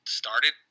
started